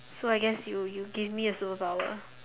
so I guess you you give me a superpower